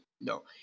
no